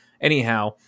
Anyhow